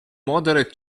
moderate